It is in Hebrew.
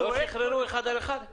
לא שחררו טיפול של אחד לאחד?